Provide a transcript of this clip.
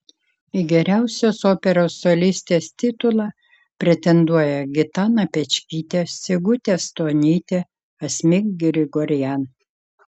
į geriausios operos solistės titulą pretenduoja gitana pečkytė sigutė stonytė asmik grigorian